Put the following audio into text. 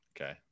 Okay